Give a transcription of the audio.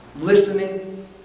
listening